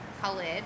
colored